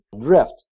drift